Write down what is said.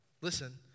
listen